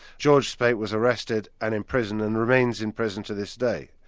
george speight was arrested and imprisoned and remains in prison to this day.